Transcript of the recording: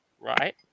right